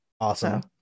Awesome